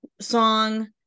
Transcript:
song